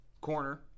corner